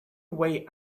way